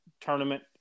tournament